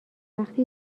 وقتی